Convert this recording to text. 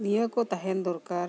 ᱱᱤᱭᱟᱹ ᱠᱚ ᱛᱟᱦᱮᱱ ᱫᱚᱨᱠᱟᱨ